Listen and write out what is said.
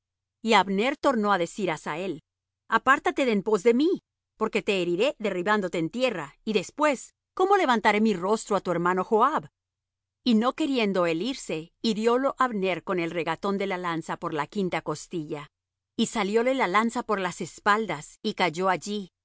y abner tornó á decir á asael apártate de en pos de mí porque te heriré derribándote en tierra y después cómo levantaré mi rostro á tu hermano joab y no queriendo él irse hiriólo abner con el regatón de la lanza por la quinta costilla y salióle la lanza por las espaldas y cayó allí